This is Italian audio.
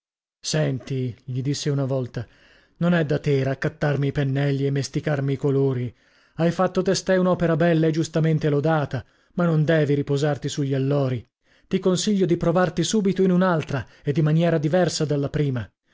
senti gli disse una volta non è da te raccattarmi i pennelli e mesticarmi i colori hai fatto testè un'opera bella e giustamente lodata ma non devi riposarti sugli allori ti consiglio di provarti subito in un'altra e di maniera diversa dalla prima